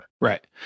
Right